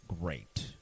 great